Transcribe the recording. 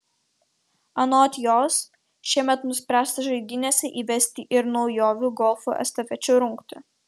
anot jos šiemet nuspręsta žaidynėse įvesti ir naujovių golfo estafečių rungtį